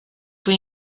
fue